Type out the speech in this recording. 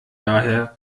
daher